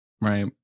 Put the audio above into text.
right